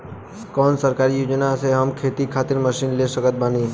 कौन सरकारी योजना से हम खेती खातिर मशीन ले सकत बानी?